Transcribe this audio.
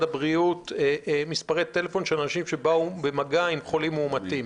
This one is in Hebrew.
הבריאות מספרי טלפון של אנשים שבאו במגע עם חולים מאומתים.